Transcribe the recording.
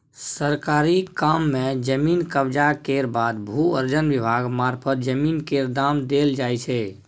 सरकारी काम मे जमीन कब्जा केर बाद भू अर्जन विभाग मारफत जमीन केर दाम देल जाइ छै